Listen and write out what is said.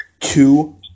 Two